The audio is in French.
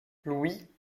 louis